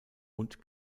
und